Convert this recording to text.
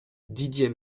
didier